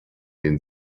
den